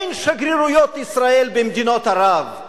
אין שגרירויות ישראל במדינות ערב.